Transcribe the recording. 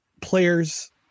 players